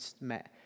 met